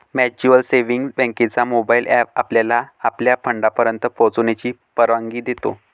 mutual savings बँकेचा mobile app आपल्याला आपल्या फंडापर्यंत पोहोचण्याची परवानगी देतो